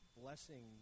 blessing